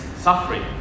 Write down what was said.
suffering